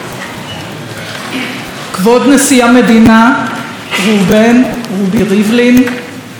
כבוד נשיא המדינה ראובן רובי ריבלין והגברת נחמה ריבלין,